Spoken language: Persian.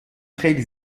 خیلی